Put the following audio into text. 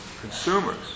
consumers